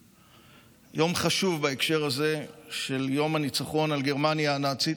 יום חשוב בהקשר הזה של יום הניצחון על גרמניה הנאצית.